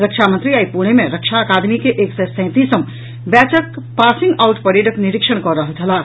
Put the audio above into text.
रक्षा मंत्री आई पुणे मे रक्षा अकादमी के एक सय सेंतीसम बैचक पासिंग आउट परेडक निरीक्षण कऽ रहल छलाह